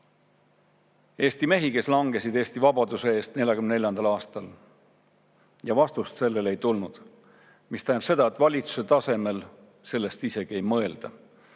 Eesti mehi, kes langesid Eesti vabaduse eest 1944. aastal. Ja vastust sellele ei tulnud. See tähendab seda, et valitsuse tasemel sellest isegi ei mõelda.